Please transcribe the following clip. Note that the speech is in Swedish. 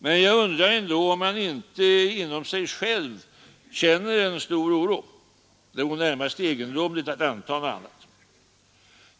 Men jag undrar ändå om han inte inom sig själv känner en stor oro. Det vore närmast egendomligt att anta något annat.